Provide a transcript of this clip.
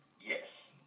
Yes